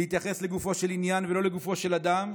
להתייחס לגופו של עניין ולא לגופו של אדם.